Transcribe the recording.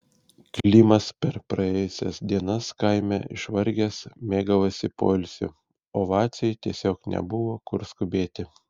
klimas per praėjusias dienas kaime išvargęs mėgavosi poilsiu o vaciui tiesiog nebuvo kur skubėti